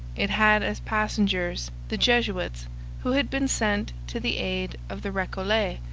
it had as passengers the jesuits who had been sent to the aid of the recollets,